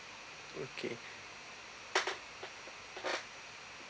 okay